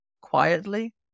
quietly